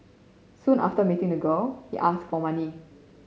soon after meeting the girl he asked for money